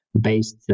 based